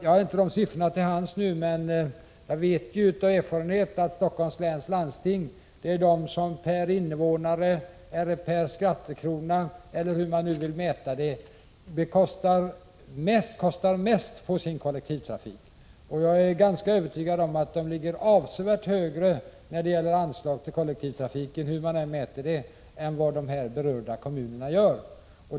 Jag har inte siffrorna till hands nu, men jag vet att Stockholms läns landsting per invånare eller per skattekrona eller hur man nu vill mäta det betalar mest för kollektivtrafiken. Jag är övertygad om att Stockholms läns landsting ligger avsevärt högre vad gäller anslag till kollektivtrafiken — hur man än mäter — än vad de här berörda kommunerna gör.